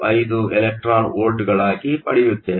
335 electron ವೋಲ್ಟ್ಗಳಾಗಿ ಪಡೆಯುತ್ತೇವೆ